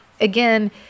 again